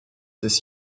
des